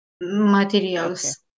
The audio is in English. materials